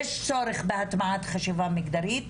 יש צורך בהטמעת חשיבה מגדרית,